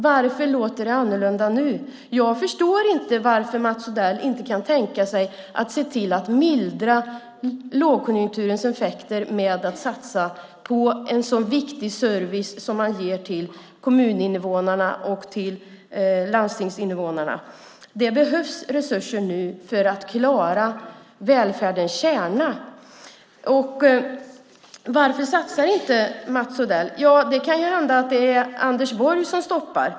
Varför låter det annorlunda nu? Jag förstår inte varför Mats Odell inte kan tänka sig att se till att mildra lågkonjunkturens effekter med att satsa på en sådan viktig service som man ger till kommuninvånarna och landstingsinvånarna. Det behövs resurser nu för att klara välfärdens kärna. Varför satsar inte Mats Odell? Det kan hända att det är Anders Borg som stoppar.